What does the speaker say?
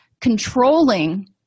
controlling